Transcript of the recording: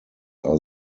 are